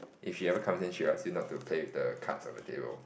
if she ever comes in she will ask you not to play with the cards on the table